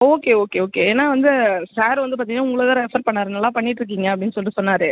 okay okay okay ஏன்னா வந்து sir வந்து பார்த்தீங்கன்னா உங்களை தான் ரெஃபர் பண்ணார் நல்லா பண்ணிட்டுருக்கீங்க அப்படின்னு சொல்லிவிட்டு சொன்னார்